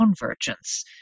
convergence